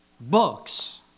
Books